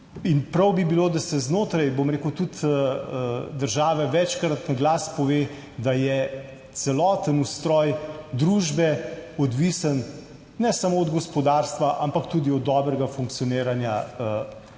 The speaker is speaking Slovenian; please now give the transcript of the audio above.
in prav bi bilo, da se znotraj, bom rekel tudi države večkrat na glas pove, da je celoten ustroj družbe odvisen ne samo od gospodarstva, ampak tudi od dobrega funkcioniranja javne